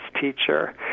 teacher